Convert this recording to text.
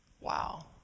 Wow